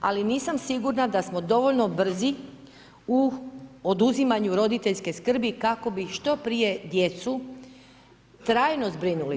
Ali nisam osigurana da smo dovoljno brzi u oduzimanju roditeljske skrbi kako bi što prije djecu trajno zbrinuli.